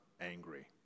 angry